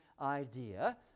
idea